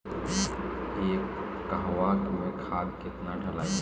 एक कहवा मे खाद केतना ढालाई?